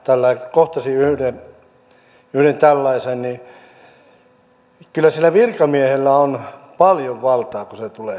kohtasin yhden tällaisen ja kyllä sillä virkamiehellä on paljon valtaa kun se tulee sinne